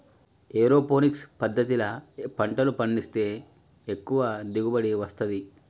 aeroponics పద్దతిల పంటలు పండిస్తే ఎక్కువ దిగుబడి వస్తది